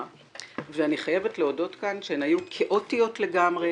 ואני חייבת להודות כאן שהן היו כאוטיות לגמרי,